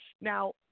Now